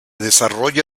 desarrolla